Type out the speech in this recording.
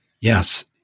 Yes